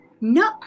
No